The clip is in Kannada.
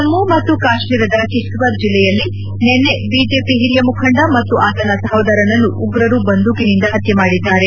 ಜಮ್ನು ಮತ್ತು ಕಾಶ್ನೀರದ ಕಿಶ್ತವರ್ ಜಿಲ್ಲೆಯಲ್ಲಿ ನಿನ್ನೆ ಬಿಜೆಪಿ ಹಿರಿಯ ಮುಖಂಡ ಮತ್ತು ಆತನ ಸಹೋದರನನ್ನು ಉಗ್ರರು ಬಂದೂಕಿನಿಂದ ಪತ್ತೆ ಮಾಡಿದ್ದಾರೆ